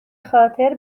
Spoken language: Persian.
خاطر